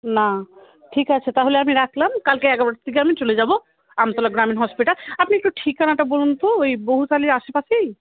না ঠিক আছে তাহলে আমি রাখলাম কালকে এগারোটার দিকে আমি চলে যাবো আমতলা গ্রামীণ হসপিটাল আপনি একটু ঠিকানাটা বলুন তো ওই বহুতালির আশেপাশেই